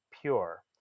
pure